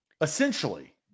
essentially